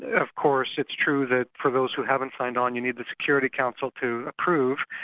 of course it's true that for those who haven't signed on, you need the security council to approve,